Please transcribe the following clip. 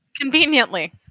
conveniently